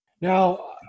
Now